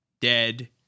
dead